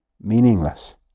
meaningless